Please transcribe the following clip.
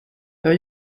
jag